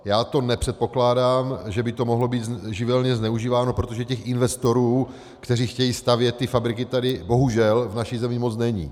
Já to nepředpokládám, že by to mohlo být živelně zneužíváno, protože investorů, kteří chtějí stavět ty fabriky tady, bohužel, v naší zemi moc není.